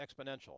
exponential